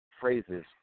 phrases